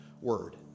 word